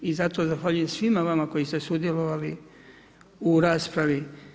I zato zahvaljujem svima vama koji ste sudjelovali u raspravi.